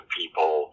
people